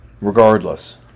regardless